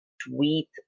sweet